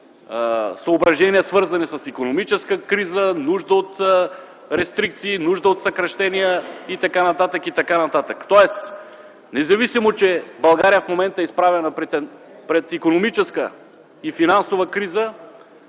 съображения, свързани с икономическа криза, нужда от рестрикции, нужда от съкращения и т.н., тоест независимо, че България в момента е изправена пред икономическа и финансова криза,